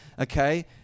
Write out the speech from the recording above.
okay